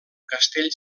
castell